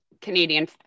canadian